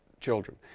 children